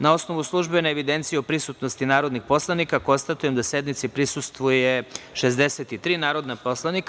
Na osnovu službene evidencije o prisutnosti narodnih poslanika, konstatujem da sednici prisustvuju 63 narodna poslanika.